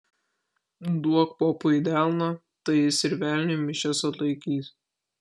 duok popui į delną tai jis ir velniui mišias atlaikys